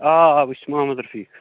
آ آ بہٕ چھُس محمد رفیٖق